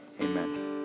amen